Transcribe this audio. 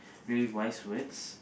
really wise words